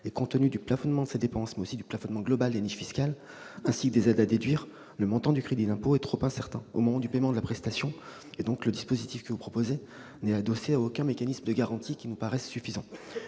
compte tenu du plafonnement de ces dépenses, mais aussi du plafonnement global des niches fiscales ainsi que des aides à déduire, le montant du crédit d'impôt est trop incertain au moment du paiement de la prestation. Par conséquent, cette proposition n'est adossée à aucun mécanisme de garantie qui nous paraisse suffisant.